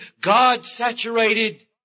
God-saturated